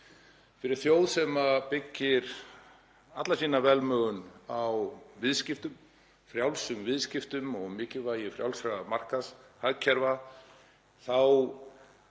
Fyrir þjóð sem byggir alla sína velmegun á viðskiptum, frjálsum viðskiptum og mikilvægi frjálsra markaðshagkerfa er